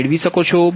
0 મેળવી શકો છો